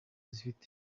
zifite